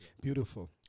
Beautiful